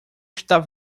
estava